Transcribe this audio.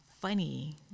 funny